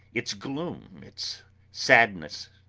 its gloom, its sadness,